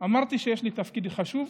אמרתי שיש לי תפקיד חשוב: